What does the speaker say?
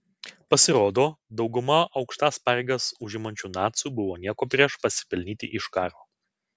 pasirodo dauguma aukštas pareigas užimančių nacių buvo nieko prieš pasipelnyti iš karo